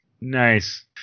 Nice